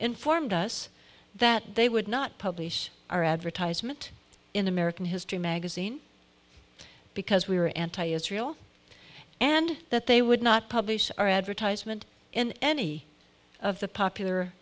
informed us that they would not publish our advertisement in american history magazine because we were anti israel and that they would not publish our advertisement in any of the popular